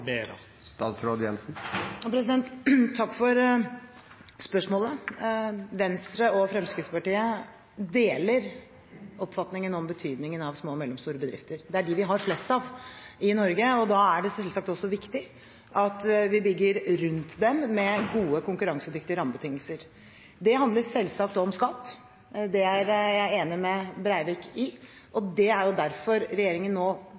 Takk for spørsmålet. Venstre og Fremskrittspartiet deler oppfatningen om betydningen av små og mellomstore bedrifter. Det er dem vi har flest av i Norge, og da er det selvsagt også viktig at vi bygger gode, konkurransedyktige rammebetingelser rundt dem. Det handler selvsagt om skatt, det er jeg enig med Breivik i, og det er derfor regjeringen nå